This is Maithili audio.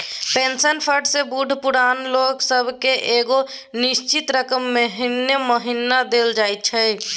पेंशन फंड सँ बूढ़ पुरान लोक सब केँ एगो निश्चित रकम महीने महीना देल जाइ छै